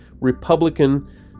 republican